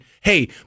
Hey